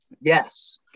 Yes